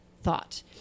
Thought